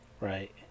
Right